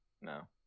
no